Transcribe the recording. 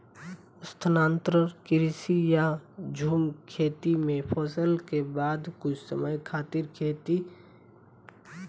स्थानांतरण कृषि या झूम खेती में फसल के बाद कुछ समय खातिर खेत खाली छोड़ल जाला